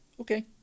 Okay